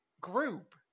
group